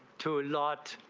to lot.